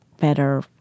better